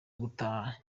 gutaha